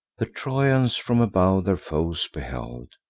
the trojans, from above, their foes beheld,